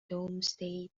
domesday